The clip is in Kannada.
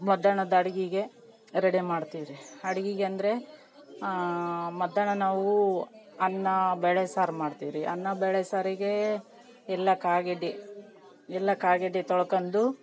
ಮಧ್ಯಾಹ್ನದ್ ಅಡಿಗೆಗೆ ರೆಡಿ ಮಾಡ್ತಿವ್ರಿ ಅಡ್ಗಿಗೆ ಅಂದರೆ ಮಧ್ಯಾಹ್ನ ನಾವೂ ಅನ್ನ ಬೇಳೆ ಸಾರು ಮಾಡ್ತಿವಿ ರೀ ಅನ್ನ ಬೇಳೆ ಸಾರಿಗೆ ಎಲ್ಲ ಕಾಯ್ಗೆಡ್ಡೆ ಎಲ್ಲಾ ಕಾಯಿಗಡ್ಡೆ ತೊಳ್ಕಂಡು